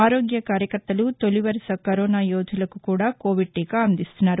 ఆరోగ్య కార్యకర్తలు తొలివరస కరోనా యోధులకుకూడా కోవిడ్ టీకా అందిస్తున్నారు